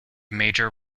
major